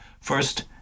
First